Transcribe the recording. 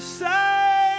say